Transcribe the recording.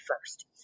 first